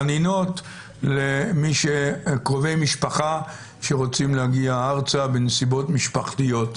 חנינות לקרובי משפחה שרוצים להגיע ארצה בנסיבות משפחתיות.